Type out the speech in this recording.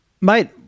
Mate